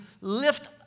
lift